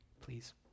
please